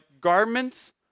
garments